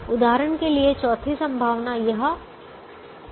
उदाहरण के लिए चौथी संभावना यह 2 है